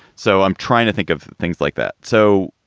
so i'm trying to think of things like that. so.